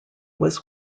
was